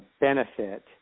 benefit